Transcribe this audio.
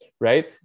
right